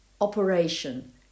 operation